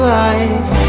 life